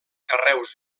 carreus